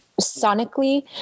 sonically